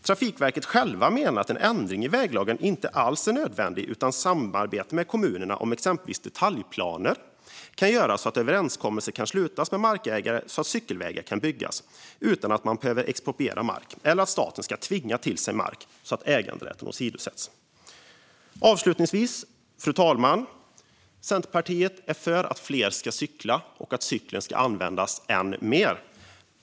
Trafikverket menar att en ändring i väglagen inte alls är nödvändig utan att samarbete med kommunerna om exempelvis detaljplaner kan göra att överenskommelser kan slutas med markägare så att cykelvägar kan byggas utan att man behöver expropriera mark eller att staten ska tvinga till sig mark så att äganderätten åsidosätts. Fru talman! Avslutningsvis vill jag säga att Centerpartiet är för att fler ska cykla och att cykeln ska användas än mer.